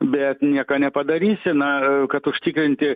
bet nieko nepadarysi na kad užtikrinti